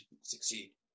succeed